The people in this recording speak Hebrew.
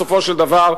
בסופו של דבר,